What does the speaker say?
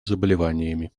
заболеваниями